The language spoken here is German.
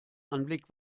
anblick